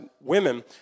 women